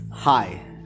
Hi